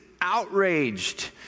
outraged